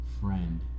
friend